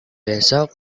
besok